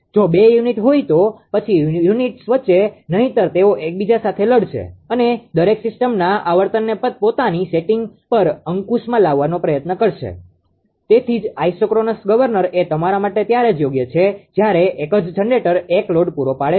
જો બે યુનિટ હોય તો પછી યુનિટ્સ વચ્ચે નહીંતર તેઓ એકબીજા સાથે લડશે અને દરેક સીસ્ટમના આવર્તનને પોતાની સેટિંગ પર અંકુશમાં લેવાનો પ્રયત્ન કરશે તેથી જ આઇસોક્રોનસ ગવર્નર એ તમારા માટે ત્યારે જ યોગ્ય છે જયારે એક જ જનરેટર એક લોડ પૂરો પાડે છે